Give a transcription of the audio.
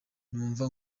numva